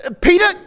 Peter